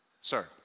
Sir